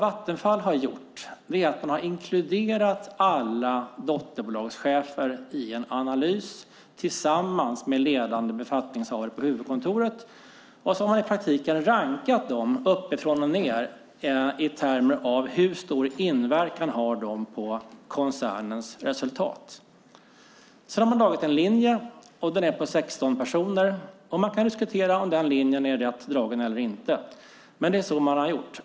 Vattenfall har inkluderat alla dotterbolagschefer i en analys tillsammans med ledande befattningshavare på huvudkontoret. Sedan har man i praktiken rankat dem uppifrån och ned i termer av hur stor inverkan de har på koncernens resultat. Därefter har man dragit en linje efter 16 personer. Man kan diskutera om denna linje är rätt dragen eller inte, men så har man gjort.